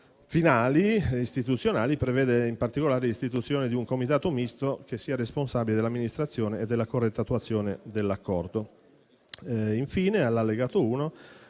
finali e istituzionali e prevede in particolare l'istituzione di un comitato misto che sia responsabile dell'amministrazione e della corretta attuazione dell'Accordo. Infine, all'Allegato I